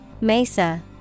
Mesa